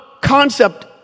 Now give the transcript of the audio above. concept